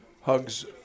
Hugs